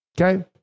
Okay